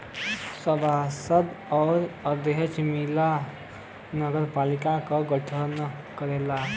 सभासद आउर अध्यक्ष मिलके नगरपालिका क गठन करलन